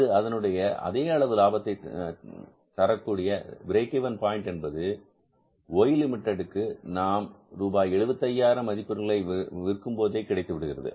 அது இதனுடைய அதே அளவு லாபத்திற்கு வரக்கூடிய பிரேக் இவென் பாயின்ட் என்பது Y லிமிடெட் நாம் ரூபாய் 75000 மதிப்புள்ள பொருட்களை விற்கும் போதே கிடைத்துவிடுகிறது